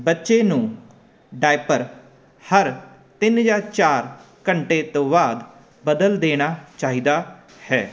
ਬੱਚੇ ਨੂੰ ਡਾਈਪਰ ਹਰ ਤਿੰਨ ਜਾਂ ਚਾਰ ਘੰਟੇ ਤੋਂ ਬਾਅਦ ਬਦਲ ਦੇਣਾ ਚਾਹੀਦਾ ਹੈ